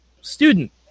student